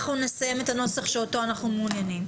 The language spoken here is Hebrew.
נסיים את הנוסח שאותו אנחנו מעוניינים,